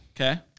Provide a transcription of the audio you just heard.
Okay